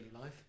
life